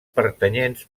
pertanyents